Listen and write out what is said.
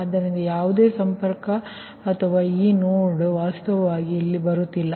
ಆದ್ದರಿಂದ ಯಾವುದೇ ಸಂಪರ್ಕ ಅಥವಾ ಈ ನೋಡ್ ವಾಸ್ತವವಾಗಿ ಇಲ್ಲಿಗೆ ಬರುತ್ತಿಲ್ಲ